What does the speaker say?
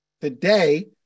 Today